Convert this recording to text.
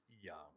Young